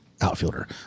outfielder